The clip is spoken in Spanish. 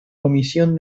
comisión